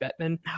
Bettman